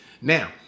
Now